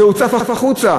זה הוצף החוצה.